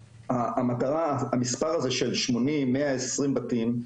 המטרה, המספר הזה של 80-120 בתים,